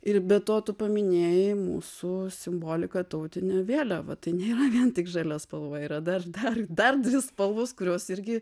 ir be to tu paminėjai mūsų simboliką tautinę vėliavą tai nėra vien tik žalia spalva yra dar dar dar dvi spalvos kurios irgi